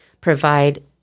provide